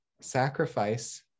sacrifice